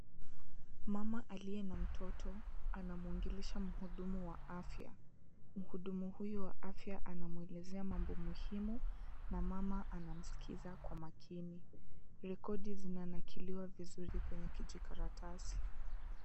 Mama aliye na mtoto anamwongelesha mhudumu wa afya. Mhudumu huyo wa afya anamwelezea mambo muhimu na mama anamsikiza kwa makini. Rekodi zinanakiliwa vizuri kwenye kijikaratasi.